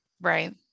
Right